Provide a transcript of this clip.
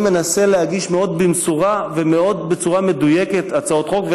אני מנסה להגיש מאוד במשורה ומאוד בצורה מדויקת הצעות חוק.